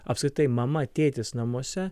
apskritai mama tėtis namuose